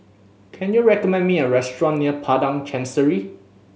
can you recommend me a restaurant near Padang Chancery